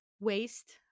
waste